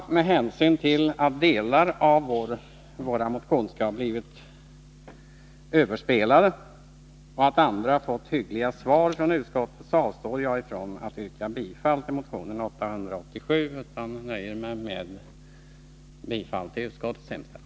Med hänsyn till att delar av våra motionskrav blivit överspelade och andra fått hyggliga svar från utskottet avstår jag från att yrka bifall till motionen 887. Jag nöjer mig med att yrka bifall till utskottets hemställan.